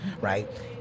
right